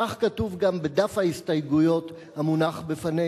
כך כתוב גם בדף ההסתייגויות המונח בפנינו.